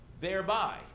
thereby